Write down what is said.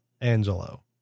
Angelo